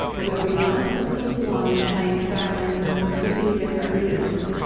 well, there'll be lots of people on the plane traveling for completely different reasons.